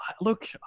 look